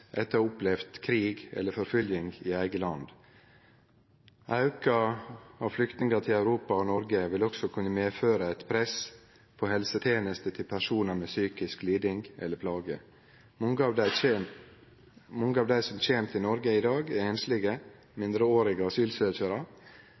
etter å ha opplevd krig eller forfølging i eige land. Auken av talet på flyktningar til Europa og Noreg vil òg kunne medføre eit press på helsetenester til personar med psykiske lidingar eller plager. Mange av dei som kjem til Noreg i dag, er einslege